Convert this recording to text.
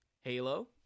Halo